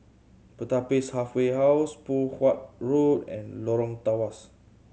Pertapis Halfway House Poh Huat Road and Lorong Tawas